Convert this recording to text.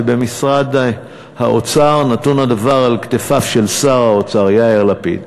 ובמשרד האוצר נתון הדבר על כתפיו של שר האוצר יאיר לפיד,